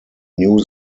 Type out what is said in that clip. knew